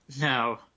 No